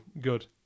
good